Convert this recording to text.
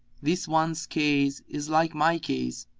this one's case is like my case,